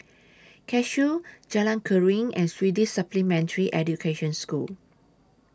Cashew Jalan Keruing and Swedish Supplementary Education School